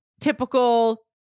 typical